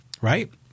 right